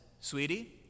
sweetie